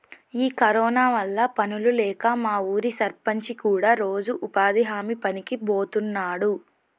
ఈ కరోనా వల్ల పనులు లేక మా ఊరి సర్పంచి కూడా రోజు ఉపాధి హామీ పనికి బోతున్నాడు